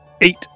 Eight